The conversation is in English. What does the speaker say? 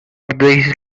this